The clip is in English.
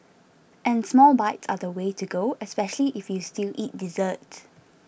and small bites are the way to go especially if you still eat dessert